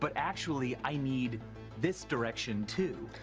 but actually, i need this direction, too.